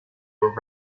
were